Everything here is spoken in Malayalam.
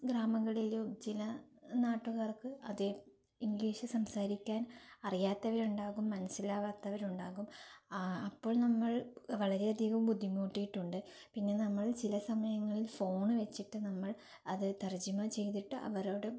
ഗ്രാമങ്ങളിലും ചില നാട്ടുകാർക്ക് അതേ ഇംഗ്ലീഷ് സംസാരിക്കാൻ അറിയാത്തവരുണ്ടാകും മനസ്സിലാവാത്തവരുണ്ടാകും അപ്പോൾ നമ്മൾ വളരെയധികം ബുദ്ധിമുട്ടിയിട്ടുണ്ട് പിന്നെ നമ്മൾ ചില സമയങ്ങളിൽ ഫോൺ വച്ചിട്ട് നമ്മൾ അത് തർജ്ജിമ ചെയ്തിട്ട് അവരോട്